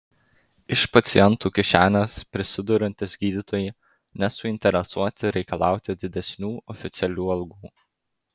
iš pacientų kišenės prisiduriantys gydytojai nesuinteresuoti reikalauti didesnių oficialių algų